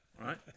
right